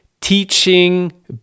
teaching